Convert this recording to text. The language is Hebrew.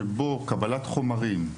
שיש בו קבלת חומרים,